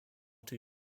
too